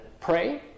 pray